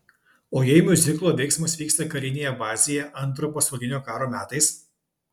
o jei miuziklo veiksmas vyksta karinėje bazėje antrojo pasaulinio karo metais